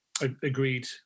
agreed